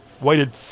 waited